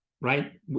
right